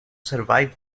survive